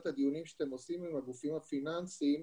הדיונים שאתם עושים עם הגופים הפיננסיים,